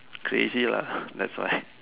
crazy lah that's why